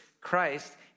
Christ